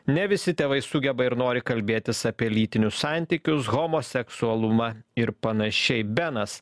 ne visi tėvai sugeba ir nori kalbėtis apie lytinius santykius homoseksualumą ir panašiai benas